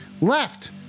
left